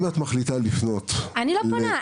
אם את מחליטה לפנות למתווך --- אני לא פונה,